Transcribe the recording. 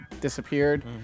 disappeared